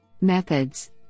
Methods